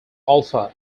alpha